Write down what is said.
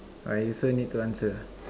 I also need to answer ah